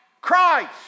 Christ